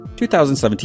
2017